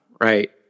right